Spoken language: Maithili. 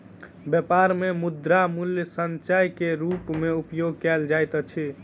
व्यापार मे मुद्रा मूल्य संचय के रूप मे उपयोग कयल जाइत अछि